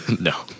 No